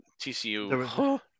TCU